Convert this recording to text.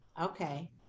Okay